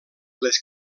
les